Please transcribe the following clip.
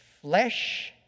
flesh